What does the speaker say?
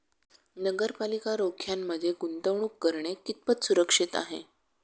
नगरपालिका रोख्यांमध्ये गुंतवणूक करणे कितपत सुरक्षित आहे?